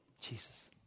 Jesus